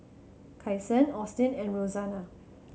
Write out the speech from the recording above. Kyson Austin and Rosanna